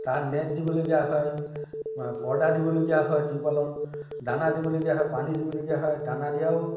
তাত নেট দিবলগীয়া হয় অঁ পৰ্দা দিবলগীয়া হয় তিৰপালৰ দানা দিবলগীয়া হয় পানী দিবলগীয়া হয় দানা দিয়াৰো